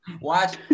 watch